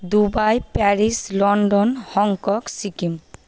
Dubai Paris London Hong Kong Sikkim